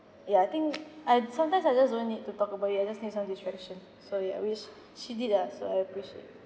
ya I think I sometimes I just don't need to talk about it I just need some distraction so ya which she did ah so I appreciate